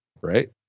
right